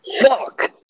Fuck